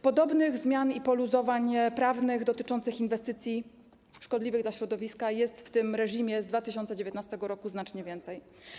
Podobnych zmian i poluzowań prawnych dotyczących inwestycji szkodliwych dla środowiska jest w tym reżimie z 2019 r. znacznie więcej.